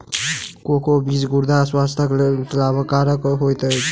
cocoa बीज गुर्दा स्वास्थ्यक लेल लाभकरक होइत अछि